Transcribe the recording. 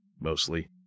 mostly